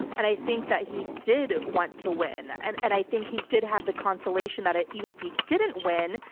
and i think that he did want to win. and and i think he did have the consolation that ah even if he didn't win,